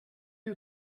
you